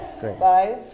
Five